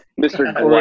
mr